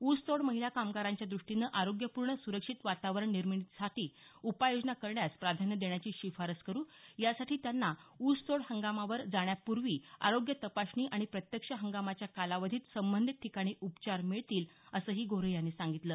ऊसतोड महिला कामगारांच्या द्रष्टीने आरोग्यपूर्ण सुरक्षित वातावरण निर्मितीसाठी उपाययोजना करण्यास प्राधान्य देण्याची शिफारस करू यासाठी त्यांना ऊसतोड हंगामावर जाण्यापूर्वी आरोग्य तपासणी आणि प्रत्यक्ष हंगामाच्या कालावधीत संबंधित ठिकाणी उपचार मिळतील असं ही गोऱ्हे यांनी सांगितलं